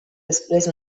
després